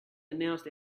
announced